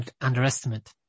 underestimate